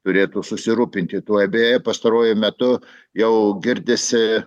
turėtų susirūpinti tuo beje pastaruoju metu jau girdisi